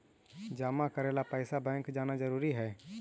जमा करे ला पैसा बैंक जाना जरूरी है?